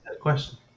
Question